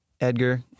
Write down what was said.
Edgar